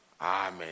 Amen